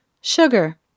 Sugar